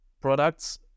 products